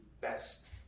best